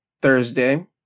Thursday